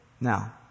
Now